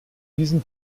diesen